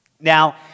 Now